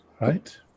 Right